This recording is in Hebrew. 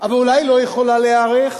אבל אולי היא לא יכולה להיערך?